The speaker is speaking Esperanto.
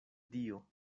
dio